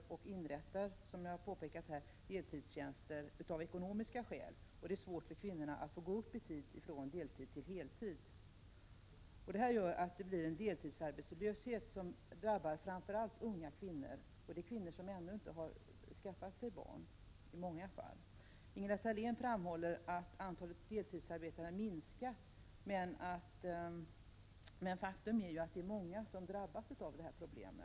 Som jag har påpekat, inrättar arbetsgivarna deltidstjänster av ekonomiska skäl, och det är svårt för kvinnorna att få gå upp från deltid till heltid. Det här gör att det blir en deltidsarbetslöshet som drabbar framför allt unga kvinnor, i många fall kvinnor som ännu inte har skaffat sig barn. Ingela Thalén framhåller att antalet deltidsarbetande har minskat. Men faktum är att det är många som drabbas av detta problem.